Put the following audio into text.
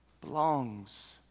belongs